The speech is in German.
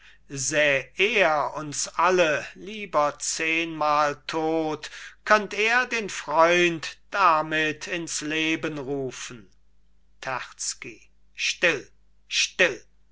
er uns alle lieber zehnmal tot könnt er den freund damit ins leben rufen terzky still still